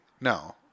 no